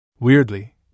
Weirdly